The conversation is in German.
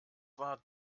war